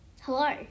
Hello